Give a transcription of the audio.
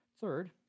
Third